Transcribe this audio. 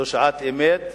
זו שעת אמת.